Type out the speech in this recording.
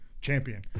champion